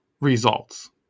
results